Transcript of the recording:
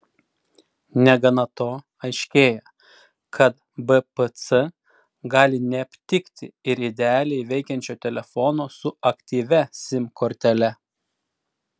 negana to aiškėja kad bpc gali neaptikti ir idealiai veikiančio telefono su aktyvia sim kortele